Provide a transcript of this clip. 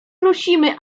prosimy